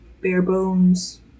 bare-bones